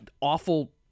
awful